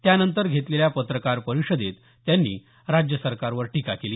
त्यानंतर घेतलेल्या पत्रकार परिषदेत त्यांनी राज्य सरकारवर टीका केली